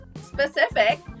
specific